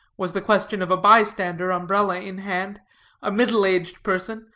was the question of a bystander, umbrella in hand a middle-aged person,